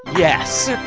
yes.